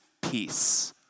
peace